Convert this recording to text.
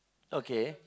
okay